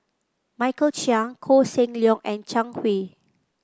Michael Chiang Koh Seng Leong and Zhang Hui